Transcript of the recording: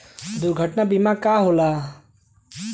दुर्घटना बीमा का होला?